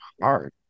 hard